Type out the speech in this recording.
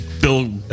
Bill